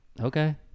Okay